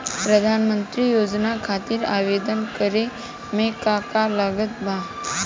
प्रधानमंत्री योजना खातिर आवेदन करे मे का का लागत बा?